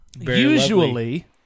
Usually